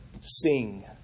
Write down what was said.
sing